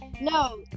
No